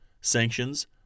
sanctions